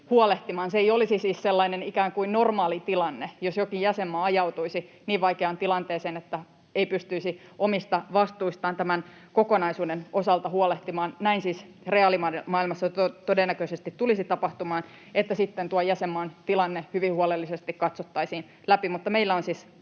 se ei olisi siis sellainen ikään kuin normaalitilanne, jos jokin jäsenmaa ajautuisi niin vaikeaan tilanteeseen, että ei pystyisi omista vastuistaan tämän kokonaisuuden osalta huolehtimaan. Näin siis reaalimaailmassa todennäköisesti tulisi tapahtumaan, että sitten tuon jäsenmaan tilanne hyvin huolellisesti katsottaisiin läpi.